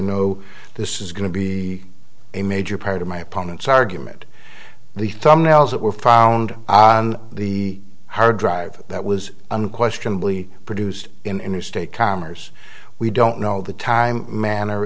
know this is going to be a major part of my opponent's argument the thumbnails that were found on the hard drive that was unquestionably produced in interstate commerce we don't know the time manner